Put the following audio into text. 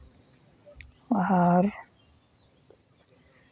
ᱟᱨ